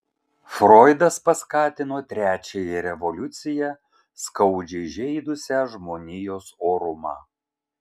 froidas paskatino trečiąją revoliuciją skaudžiai žeidusią žmonijos orumą